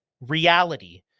reality